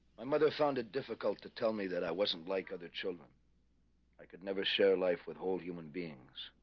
my mother found it difficult to tell me that i wasn't like other children i could never share life with whole human beings.